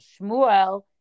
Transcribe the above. Shmuel